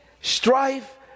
strife